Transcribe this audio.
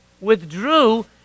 withdrew